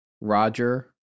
Roger